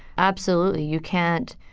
absolutely. you can't,